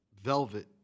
Velvet